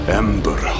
ember